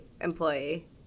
employee